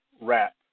wrap